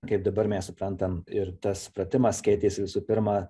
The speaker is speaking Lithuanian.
kaip dabar mes suprantam ir tas pratimas keitės visų pirma